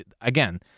again